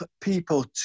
people